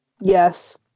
Yes